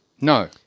No